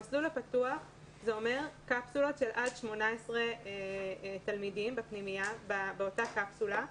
המסלול הפתוח אומר קפסולות של עד 18 תלמידים באותה קפסולה.